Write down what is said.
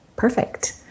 Perfect